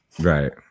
Right